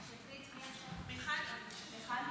מיכל שיר.